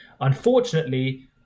unfortunately